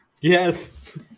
Yes